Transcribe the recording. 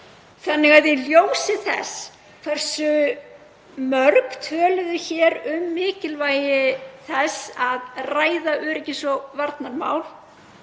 Í ljósi þess hversu mörg töluðu hér um mikilvægi þess að ræða öryggis- og varnarmál